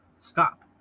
Stop